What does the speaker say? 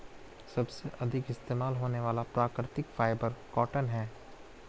सबसे अधिक इस्तेमाल होने वाला प्राकृतिक फ़ाइबर कॉटन है